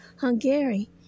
Hungary